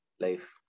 Life